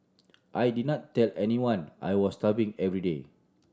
I did not tell anyone I was starving every day